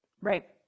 right